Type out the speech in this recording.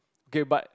okay but